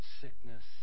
sickness